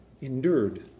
endured